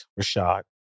Rashad